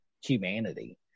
humanity